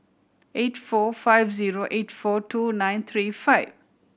eight four five zero eight four two nine three five